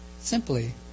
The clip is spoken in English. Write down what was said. simply